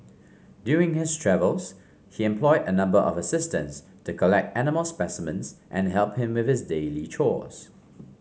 during his travels he employed a number of assistants to collect animal specimens and help him with his daily chores